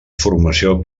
formació